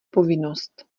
povinnost